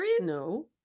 No